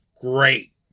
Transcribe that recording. great